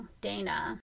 dana